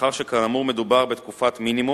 מאחר שכאמור מדובר בתקופות מינימום,